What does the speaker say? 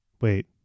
wait